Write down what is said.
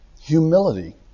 Humility